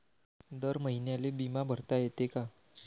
दर महिन्याले बिमा भरता येते का?